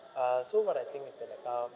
uh so what I think is that about